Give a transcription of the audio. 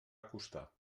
acostar